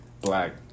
black